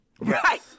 right